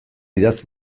idatz